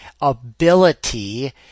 ability